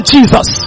Jesus